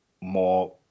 more